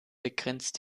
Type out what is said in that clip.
begrenzt